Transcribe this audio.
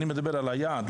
אני מדבר על היעד,